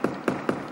כן.